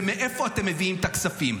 זה מאיפה אתם מביאים את הכספים.